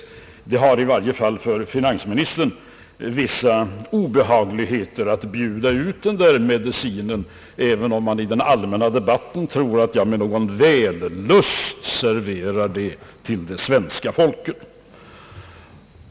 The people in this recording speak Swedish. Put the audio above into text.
Det innebär i varje fall för finansministern vissa obehagligheter att bjuda ut denna medicin, även om man i den allmänna debatten tror att jag med någon sorts vällust serverar den till det svenska folket.